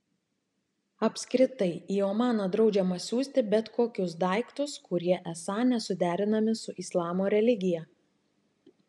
apskritai į omaną draudžiama siųsti bet kokius daiktus kurie esą nesuderinami su islamo religija